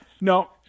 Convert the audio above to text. No